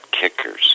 kickers